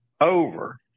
Over